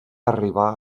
arribar